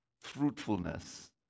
fruitfulness